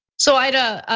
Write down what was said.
so ida,